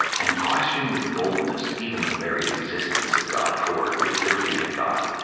and question with boldness even the very existence of god, for if there be a god,